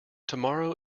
tomorrow